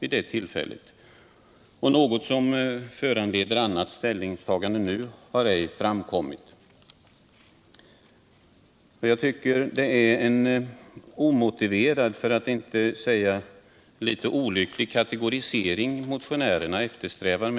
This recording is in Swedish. Där sägs följande: ”Principen Torsdagen den om integration gäller självfallet också på kulturområdet.